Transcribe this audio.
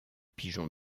pigeon